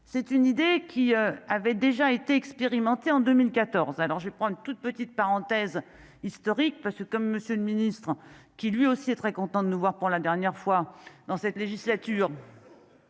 c'est une idée qui avait déjà été expérimentée en 2014, alors je prends une toute petite parenthèse historique parce que comme monsieur le ministre, qui lui aussi est très content de nous voir pour la dernière fois dans cette législature.